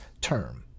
term